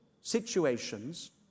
situations